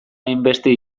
hainbeste